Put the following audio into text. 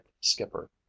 skipper